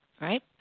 right